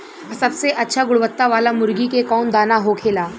सबसे अच्छा गुणवत्ता वाला मुर्गी के कौन दाना होखेला?